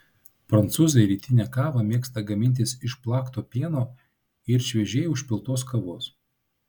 prancūzai rytinę kavą mėgsta gamintis iš plakto pieno ir šviežiai užpiltos kavos